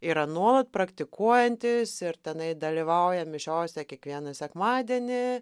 yra nuolat praktikuojantys ir tenai dalyvauja mišiose kiekvieną sekmadienį